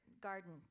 garden